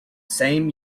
same